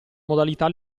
modalità